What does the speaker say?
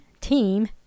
Team